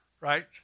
Right